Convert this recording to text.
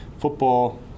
football